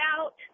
out